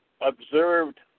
observed